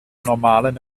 normalen